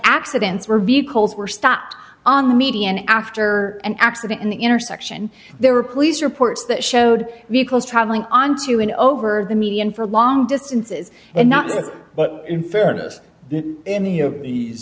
accidents were vehicles were stopped on the median after an accident in the intersection there were police reports that showed vehicles traveling on to an over the median for long distances and not there but in fairness any of these